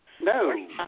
No